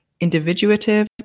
individuative